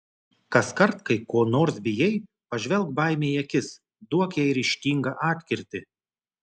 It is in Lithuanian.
kaskart kai ko nors bijai pažvelk baimei į akis duok jai ryžtingą atkirtį